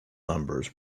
numbers